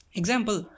example